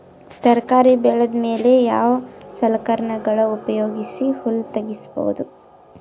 ತರಕಾರಿ ಬೆಳದ ಮೇಲೆ ಯಾವ ಸಲಕರಣೆಗಳ ಉಪಯೋಗಿಸಿ ಹುಲ್ಲ ತಗಿಬಹುದು?